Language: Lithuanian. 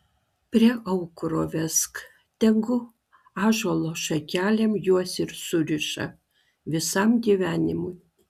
prie aukuro vesk tegu ąžuolo šakelėm juos ir suriša visam gyvenimui